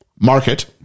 market